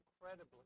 incredibly